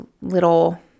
little